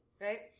right